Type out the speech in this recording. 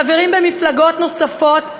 חברים במפלגות נוספות,